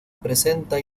presenta